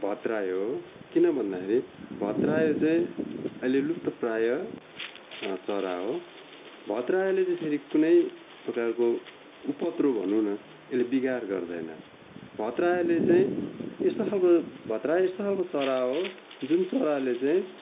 भद्रायो हो किन भन्दाखेरि भद्रायो चाहिँ अहिले लुप्तप्राय चरा हो भद्रायोले चाहिँ फेरि कुनै प्रकारको उपद्रो भनौँ न यसले बिगार गर्दैन भद्रायोले चाहिँ यस्तो खाले भद्रायो यस्तो खाले चरा हो जुन चराले चाहिँ